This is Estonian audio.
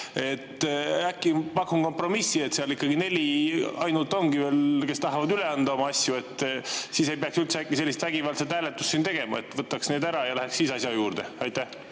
Pakun kompromissi, seal ikkagi neli ainult ongi veel, kes tahavad üle anda oma asju. Siis ei peaks üldse sellist vägivaldselt hääletust siin tegema. Äkki võtaks need ära ja läheks siis asja juurde? Aitäh,